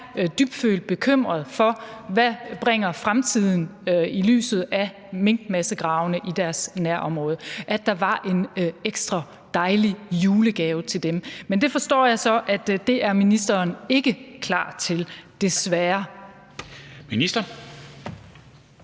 dybfølt bekymrede for, hvad fremtiden bringer i lyset af minkmassegravene i deres nærområde, at der var en ekstra dejlig julegave til dem. Men det forstår jeg så at ministeren ikke er klar til – desværre.